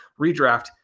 redraft